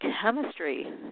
chemistry